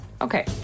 Okay